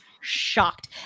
shocked